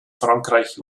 frankreich